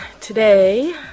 today